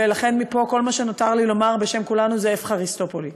ולכן מפה כל מה שנותר לי לומר בשם כולנו זה "אפחריסטו פולי".